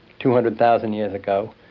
two hundred thousand years ago,